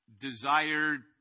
desired